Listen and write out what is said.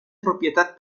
propietat